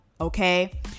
Okay